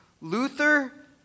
Luther